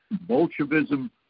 Bolshevism